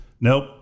Nope